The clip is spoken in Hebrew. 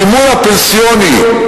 המימון הפנסיוני,